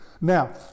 Now